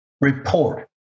report